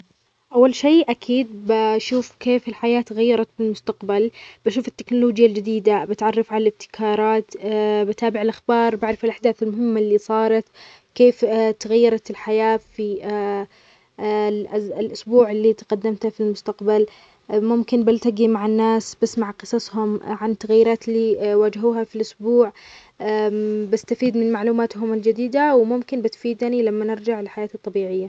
إذا تقدمت بالزمن أسبوعًا في المستقبل، أول شيء بحاول أتعرف على الأوضاع العامة سواء في العمل أو في العالم بشكل عام. ببحث عن أي تطورات أو أحداث كبيرة ممكن تغير خططي. بعدين، إذا لقيت فرص أو معلومات مفيدة، راح أستغلها وأستخدمها لتحسين وضعي الحالي.